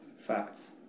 facts